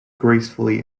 gracefully